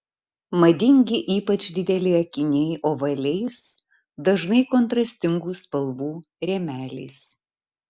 madingi ypač dideli akiniai ovaliais dažnai kontrastingų spalvų rėmeliais